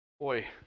boy